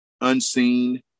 unseen